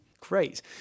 Great